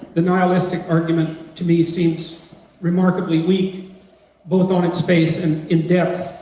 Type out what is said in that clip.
the nihilistic argument to me seems remarkably weak both on its base and in depth,